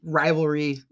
rivalry